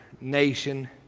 nation